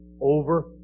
over